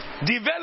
Develop